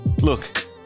Look